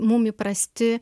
mums įprasti